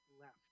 left